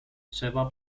trzeba